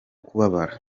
kubabara